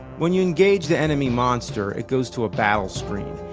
when you engage the enemy monster, it goes to a battle screen.